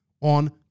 on